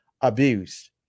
abused